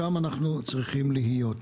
שם אנחנו צריכים להיות.